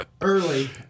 early